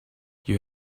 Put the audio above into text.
you